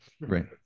Right